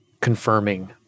confirming